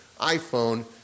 iPhone